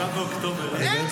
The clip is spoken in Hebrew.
ב-7 באוקטובר, איזה,